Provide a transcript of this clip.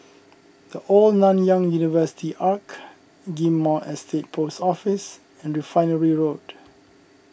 the Old Nanyang University Arch Ghim Moh Estate Post Office and Refinery Road